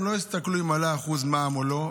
הם לא יסתכלו אם עלה המע"מ ב-1% או לא,